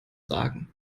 sagen